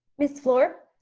miss fluor?